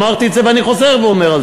אמרתי את זה ואני חוזר ואומר את